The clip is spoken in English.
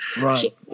Right